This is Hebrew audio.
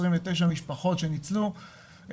29 משפחות שניצלו,